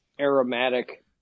aromatic